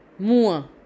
Mua